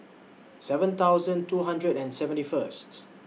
seven thousand two hundred and seventy First